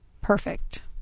perfect